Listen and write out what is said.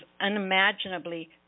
unimaginably